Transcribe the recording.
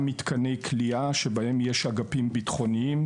מתקני כליאה שבהם יש אגפים ביטחוניים.